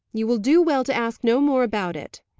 you will do well to ask no more about it.